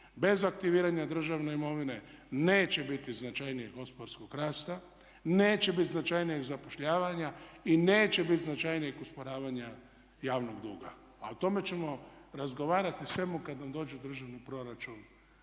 bez aktiviranja državne imovine neće biti značajnijeg gospodarskog rasta, neće biti značajnijeg zapošljavanja i neće biti značajnijeg usporavanja javnog duga. A o tome ćemo razgovarati o svemu kad nam dođe državni proračun